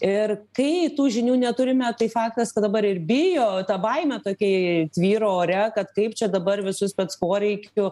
ir kai tų žinių neturime tai faktas kad dabar ir bijo ta baimė tokia ir tvyro ore kad kaip čia dabar visus spec poreikių